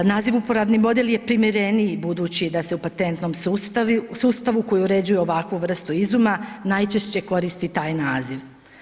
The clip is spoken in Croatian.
Naziv uporabni model je primjereniji budući da se u patentnom sustavu koji uređuje ovakvu vrstu izuma najčešće koristi taj naziv.